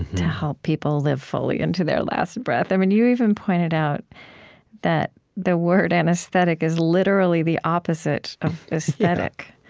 to help people live fully into their last breath. i mean, you even pointed out that the word anesthetic is literally the opposite of aesthetic,